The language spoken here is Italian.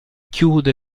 chiude